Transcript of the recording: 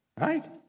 right